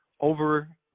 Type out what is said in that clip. over